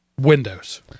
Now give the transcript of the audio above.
Windows